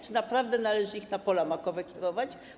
Czy naprawdę należy ich na pola makowe kierować?